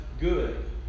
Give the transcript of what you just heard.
good